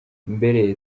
mbere